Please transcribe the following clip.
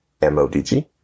MODG